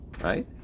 right